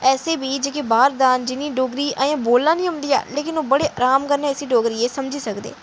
बहुत लोक न ऐसे बी जेह्के बार बार जि'नें ई डोगरी अजें बोलना निं औंदी ऐ लेकिन ओह् बड़े अराम कन्नै इसी डोगरी गी समझी सकदे